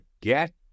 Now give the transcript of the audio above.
get